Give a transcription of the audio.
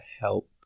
help